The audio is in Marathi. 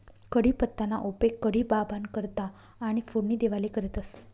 कढीपत्ताना उपेग कढी बाबांना करता आणि फोडणी देवाले करतंस